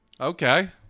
Okay